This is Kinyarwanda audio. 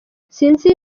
sinzi